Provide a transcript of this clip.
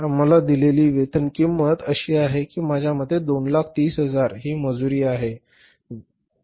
आम्हाला दिलेली वेतन किंमत अशी आहे की माझ्या मते 230000 हि मजुरी आहे वेतन रू